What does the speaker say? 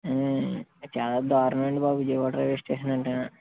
చాలా దారుణం అండి బాబు విజయవాడ రైల్వే స్టేషన్ అంటేనే